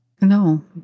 No